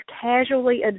casually